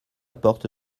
porte